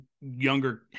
younger